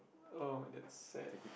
oh that's sad